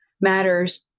matters